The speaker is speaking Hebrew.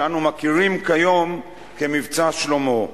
שאנו מכירים כיום כ"מבצע שלמה".